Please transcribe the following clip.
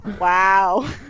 wow